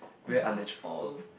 does all